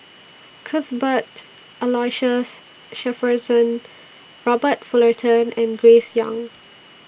Cuthbert Aloysius Shepherdson Robert Fullerton and Grace Young